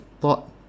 thought